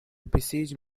besiege